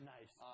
Nice